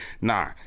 Nah